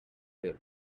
built